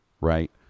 right